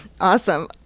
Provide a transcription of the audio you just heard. Awesome